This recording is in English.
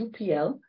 UPL